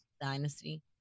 dynasty